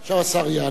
עכשיו השר יענה,